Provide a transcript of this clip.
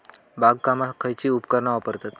बागकामाक खयची उपकरणा वापरतत?